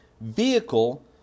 vehicle